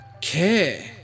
care